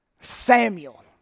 Samuel